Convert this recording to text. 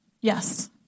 Yes